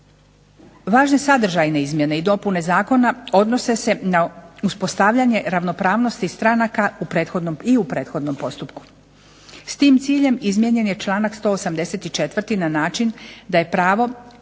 Važne sadržajne izmjene i dopune zakona odnose se na uspostavljanje ravnopravnosti stranaka i u prethodnom postupku. S tim ciljem izmijenjen je članak 184. na način da je pravo